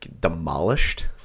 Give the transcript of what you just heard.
Demolished